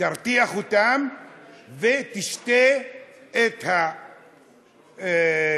תרתיח אותם ותשתה את התמצית,